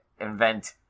invent